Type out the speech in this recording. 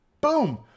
boom